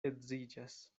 edziĝas